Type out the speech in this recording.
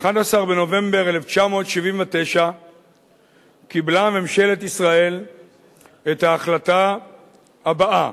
11 בנובמבר 1979 קיבלה ממשלת ישראל את ההחלטה הבאה: